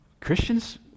Christians